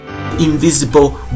invisible